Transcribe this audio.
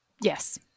Yes